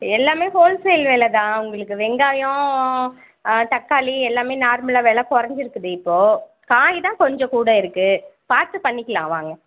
எல்லாமே wholesale விலை தான் உங்களுக்கு வெங்காயம் தக்காளி எல்லாமே நார்மலாக விலை குறைஞ்சிருக்குது இப்போது காய் தான் கொஞ்சம் கூட இருக்குது பார்த்து பண்ணிக்கலாம் வாங்க